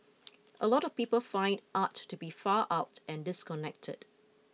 a lot of people find art to be far out and disconnected